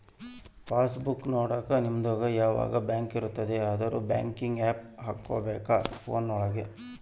pass book ನೊಡಕ ನಿಮ್ಡು ಯಾವದ ಬ್ಯಾಂಕ್ ಇರುತ್ತ ಅದುರ್ ಬ್ಯಾಂಕಿಂಗ್ ಆಪ್ ಹಕೋಬೇಕ್ ಫೋನ್ ಒಳಗ